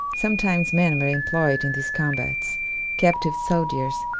sometimes men were employed in these combats captive soldiers,